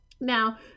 Now